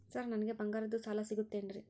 Sir ನನಗೆ ಬಂಗಾರದ್ದು ಸಾಲ ಸಿಗುತ್ತೇನ್ರೇ?